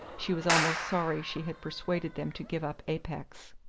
she was almost sorry she had persuaded them to give up apex.